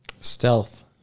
Stealth